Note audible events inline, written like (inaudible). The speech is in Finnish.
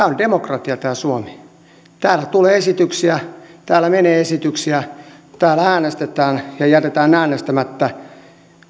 (unintelligible) on demokratia täällä tulee esityksiä täällä menee esityksiä täällä äänestetään ja jätetään äänestämättä